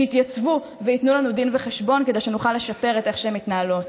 שיתייצבו וייתנו לנו דין וחשבון כדי שנוכל לשפר את איך שהן מתנהלות.